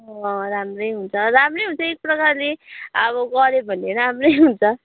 राम्रै हुन्छ राम्रै हुन्छ एक प्रकारले अब गऱ्यो भने राम्रै हुन्छ